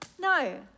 No